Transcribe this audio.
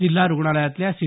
जिल्हा रुग्णालयातल्या सी